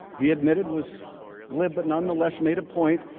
he admitted was glib but nonetheless made a point.